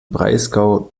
breisgau